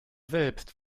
selbst